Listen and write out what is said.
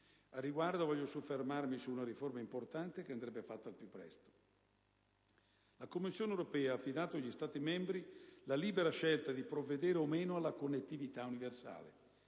Al riguardo, voglio soffermarmi su una riforma importante che andrebbe fatta al più presto. La Commissione europea ha affidato agli Stati membri la libera scelta di provvedere o meno alla connettività universale.